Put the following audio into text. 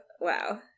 Wow